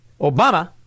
Obama